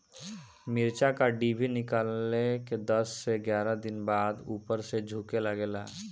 मिरचा क डिभी निकलले के दस से एग्यारह दिन बाद उपर से झुके लागेला?